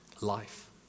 life